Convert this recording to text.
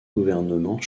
gouvernement